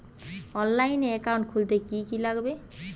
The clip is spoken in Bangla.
অনলাইনে একাউন্ট খুলতে কি কি লাগবে?